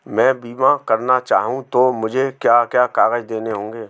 मैं बीमा करना चाहूं तो मुझे क्या क्या कागज़ देने होंगे?